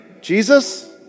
Jesus